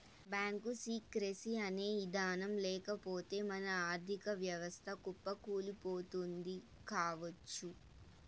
bank secrecy అనే ఇదానం లేకపోతె మన ఆర్ధిక వ్యవస్థ కుప్పకూలిపోతుంది కావచ్చు